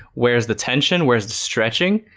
where's the tension? where is the stretching?